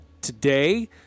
today